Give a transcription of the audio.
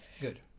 Good